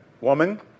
woman